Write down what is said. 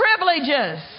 privileges